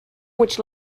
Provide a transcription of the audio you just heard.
which